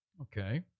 Okay